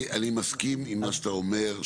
אני מסכים עם מה שאתה אומר.